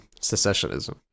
secessionism